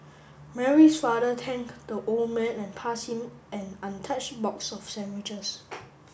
Mary's father thank the old man and passed him an untouched box of sandwiches